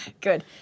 Good